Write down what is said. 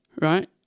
right